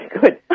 good